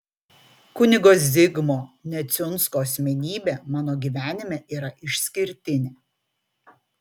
kunigo zigmo neciunsko asmenybė mano gyvenime yra išskirtinė